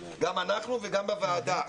גם אנחנו וגם בוועדה,